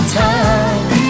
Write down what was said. time